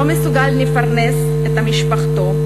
לא מסוגל לפרנס את משפחתו,